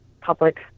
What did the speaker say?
public